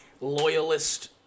loyalist